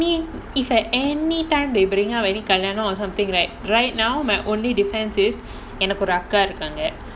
!hanna! and then if any if at any time they bring up any கல்யாணம்:kalyaanam or something right right now my only defence is எனக்கொரு அக்கா இருகாங்க:enakkoru akka irukaanga